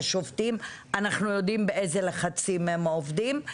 אנחנו יודעים באיזה לחצים הם עובדים.